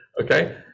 okay